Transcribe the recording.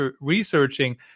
researching